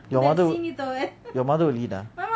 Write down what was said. your mother will your mother will eat ah